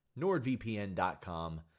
NordVPN.com